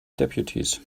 deputies